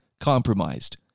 compromised